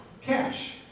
cash